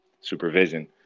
supervision